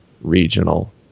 regional